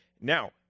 Now